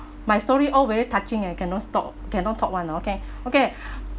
my story all very touching I cannot stop cannot talk one okay okay